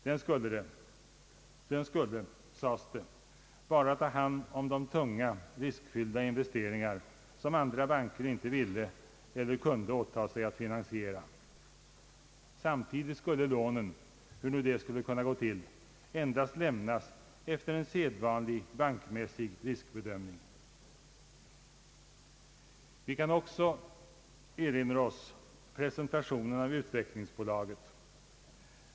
Den skulle, sades det, bara ta hand om de tunga, riskfyllda investeringar som andra banker inte ville eller kunde åtaga sig att finansiera. Samtidigt skulle lånen — hur nu det skulle gå till — endast lämnas efter en sedvanlig bankmässig riskbedömning. Vi kan också erinra oss presentationen av utvecklingsbolaget.